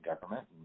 government